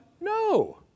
No